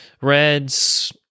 Reds